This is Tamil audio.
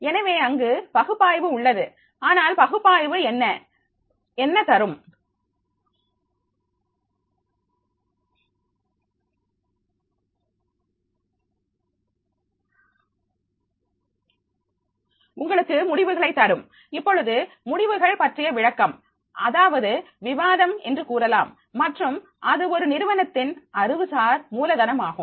எனவே அங்கு பகுப்பாய்வு உள்ளது ஆனால் பகுப்பாய்வு என்ன தரும் உங்களுக்கு முடிவுகளை தரும் இப்பொழுது முடிவுகள் பற்றிய விளக்கம் அதாவது விவாதம் என்று கூறலாம் மற்றும் அது ஒரு நிறுவனத்தின் அறிவுசார் மூலதனம் ஆகும்